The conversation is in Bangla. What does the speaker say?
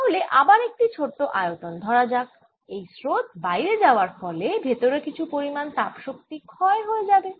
তাহলে আবার একটি ছোট আয়তন ধরা যাক এই স্রোত বাইরে যাওয়ার ফলে ভেতরে কিছু পরিমাণ তাপ শক্তি ক্ষয় হয়ে যাবে